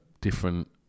different